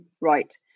right